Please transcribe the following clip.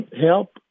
help